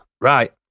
Right